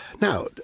Now